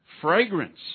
fragrance